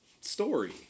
story